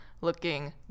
looking